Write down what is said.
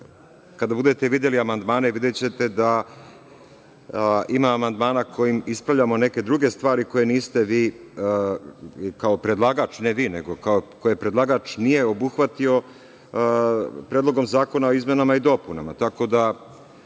kada budete videli amandmane, videćete da ima amandmana kojim ispravljamo neke druge stvari koje niste vi, kao predlagač, ne vi, nego ko je predlagač, nije obuhvatio Predlogom zakona o izmenama i dopunama.